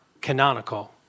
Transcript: canonical